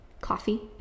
coffee